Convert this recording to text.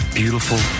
beautiful